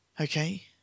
Okay